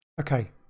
Okay